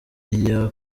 iya